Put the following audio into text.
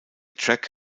track